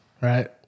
right